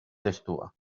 testua